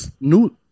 New